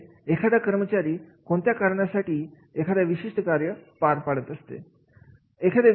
म्हणजे एखादा कर्मचारी कोणत्या कारणासाठी एखाद्या विशिष्ट कार्य पार पाडत असतो